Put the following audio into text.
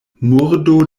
murdo